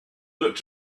looked